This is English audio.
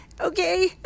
okay